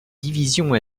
divisions